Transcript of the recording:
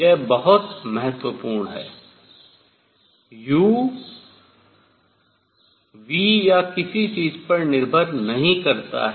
यह बहुत महत्वपूर्ण है U V या किसी भी चीज़ पर निर्भर नहीं करता है